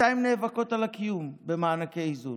200 נאבקות על הקיום במענקי איזון,